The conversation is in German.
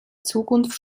zukunft